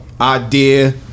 idea